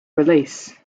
release